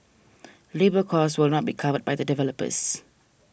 labour cost will not be covered by the developers